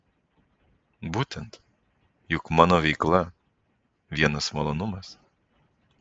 būtent juk mano veikla vienas malonumas